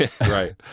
Right